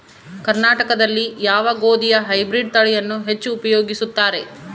ಕರ್ನಾಟಕದಲ್ಲಿ ಯಾವ ಗೋಧಿಯ ಹೈಬ್ರಿಡ್ ತಳಿಯನ್ನು ಹೆಚ್ಚು ಉಪಯೋಗಿಸುತ್ತಾರೆ?